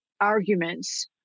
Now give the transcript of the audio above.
arguments